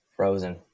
Frozen